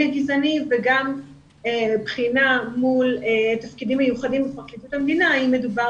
גזעני וגם בחינה מול תפקידים מיוחדים בפרקליטות המדינה האם מדובר